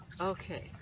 okay